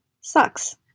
sucks